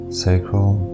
sacral